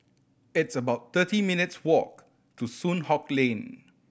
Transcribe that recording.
it's about thirty minutes' walk to Soon Hock Lane